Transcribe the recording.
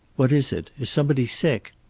what is it? is somebody sick?